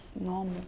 normal